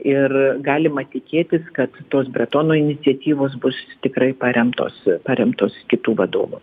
ir galima tikėtis kad tos bretono iniciatyvos bus tikrai paremtos paremtos kitų vadovų